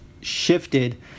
shifted